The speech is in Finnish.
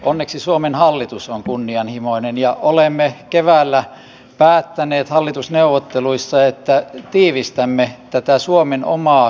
onneksi suomen hallitus on kunnianhimoinen ja olemme keväällä päättäneet hallitusneuvotteluissa että tiivistämme tätä suomen omaa sopeutumistahtia